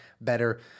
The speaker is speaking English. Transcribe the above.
better